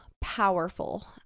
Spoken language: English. powerful